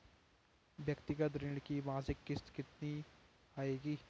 व्यक्तिगत ऋण की मासिक किश्त कितनी आएगी?